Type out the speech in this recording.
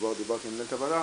כבר דיברתי עם מנהלת הוועדה,